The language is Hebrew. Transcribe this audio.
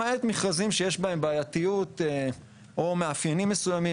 למעט מכרזים שיש בהם בעייתיות או מאפיינים מסוימים.